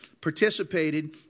participated